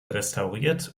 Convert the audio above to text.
restauriert